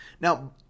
Now